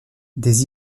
des